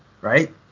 right